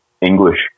English